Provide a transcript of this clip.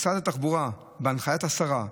משרד התחבורה, בהנחיית השרה,